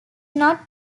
not